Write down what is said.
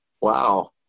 Wow